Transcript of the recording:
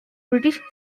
british